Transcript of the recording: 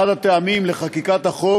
אחד הטעמים לחקיקת החוק